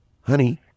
honey